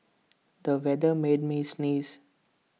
the weather made me sneeze